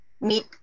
meet